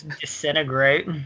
disintegrate